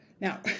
Now